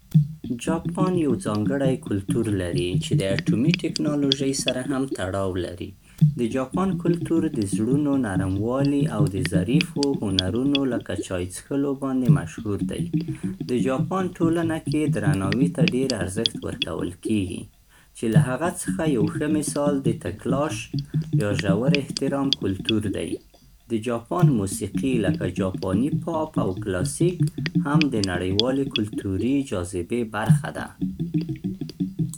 جاپان یو ځانګړی کلتور لري چې د اټومي ټیکنالوژۍ سره هم تړاو لري. د جاپان کلتور د زړونو نرموالي او د ظریفو هنرونو لکه چای څښلو باندې مشهور دی. د جاپان ټولنه کې درناوي ته ډېر ارزښت ورکول کېږي، چې له هغه څخه یو ښه مثال د "تکلاش" یا ژور احترام کلتور دی. د جاپان موسیقي، لکه جاپاني پاپ او کلاسیک، هم د نړیوالې کلتوري جاذبې برخه ده.